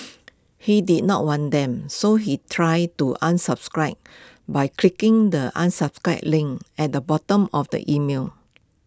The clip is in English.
he did not want them so he tried to unsubscribe by clicking the unsubscribe link at the bottom of the email